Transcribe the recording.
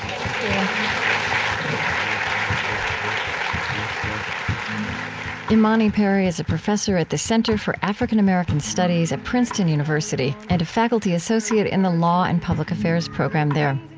um imani perry is a professor at the center for african-american studies of princeton university and a faculty associate in the law and public affairs program there.